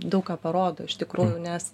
daug ką parodo iš tikrųjų nes